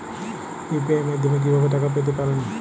UPI মাধ্যমে কি ভাবে টাকা পেতে পারেন?